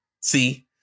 See